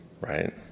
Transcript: Right